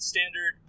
Standard